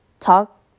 Talk